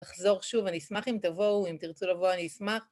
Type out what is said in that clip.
אחזור שוב, אני אשמח אם תבואו, אם תרצו לבוא אני אשמח.